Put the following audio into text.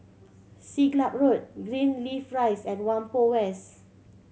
Siglap Road Greenleaf Rise and Whampoa West